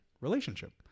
relationship